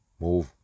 Move